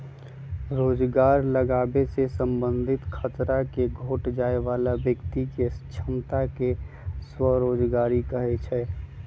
रोजगार लागाबे से संबंधित खतरा के घोट जाय बला व्यक्ति के क्षमता के स्वरोजगारी कहै छइ